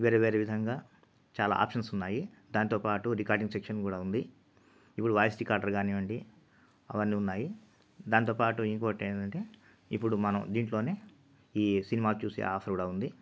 వేరేవేరే విధంగా చాలా ఆప్షన్స్ ఉన్నాయి దాంతోపాటు రికార్డింగ్ సెక్షన్ కూడా ఉంది ఇప్పుడు వాయిస్ రికార్డర్ కానివ్వండి అవన్నీ ఉన్నాయి దాంతోపాటు ఇంకోటి ఏందంటే ఇప్పుడు మనం దీంట్లోనే ఈ సినిమా చూసే ఆఫర్ కూడా ఉంది